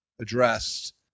addressed